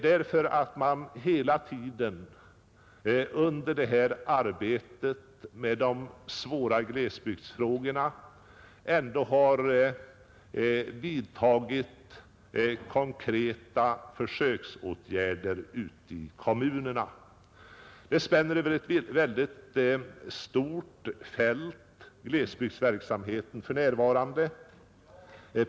De har nämligen under hela den tid som de sysslat med de svåra glesbygdsfrågorna vidtagit konkreta försöksåtgärder ute i kommunerna. Glesbygdsverksamheten spänner för närvarande över ett mycket stort fält.